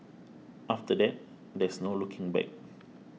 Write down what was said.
after that there's no looking back